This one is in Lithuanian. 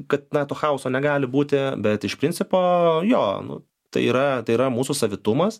kad na to chaoso negali būti bet iš principo jo nu tai yra tai yra mūsų savitumas